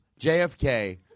JFK